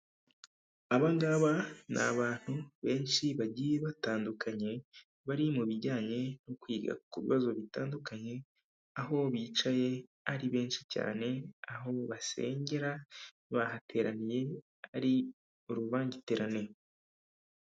Aba ngaba ni abantu benshi bagiye batandukanye bari mu bijyanye no kwiga ku bibazo bitandukanye, aho bicaye ari benshi cyane aho basengera bahateraniye ari uruvangitirane.